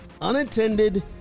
unattended